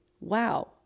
Wow